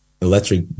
electric